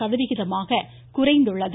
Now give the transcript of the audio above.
சதவிகிதமாக குறைந்துள்ளது